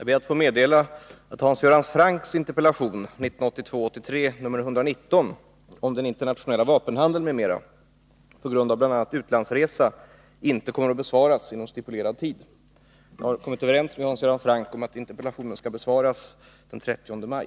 Herr talman! Jag vill anmäla att interpellationen av Inga Lantz om konstgjord befruktning m.m. på grund av min arbetsbelastning inte kommer att besvaras inom stipulerad tid. Jag har kommit överens med Inga Lantz om att interpellationen skall besvaras måndagen den 16 maj.